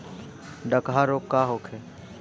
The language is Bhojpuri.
डकहा रोग का होखे?